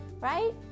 right